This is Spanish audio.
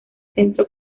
centro